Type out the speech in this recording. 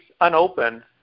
unopened